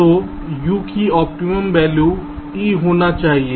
तो U की optimum value e होना चाहिए